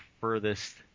furthest